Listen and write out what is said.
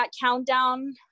countdown